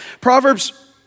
Proverbs